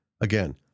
Again